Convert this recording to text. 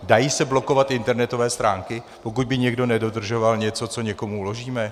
Dají se blokovat internetové stránky, pokud by někdo nedodržoval něco, co někomu uložíme?